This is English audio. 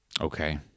Okay